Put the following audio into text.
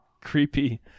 creepy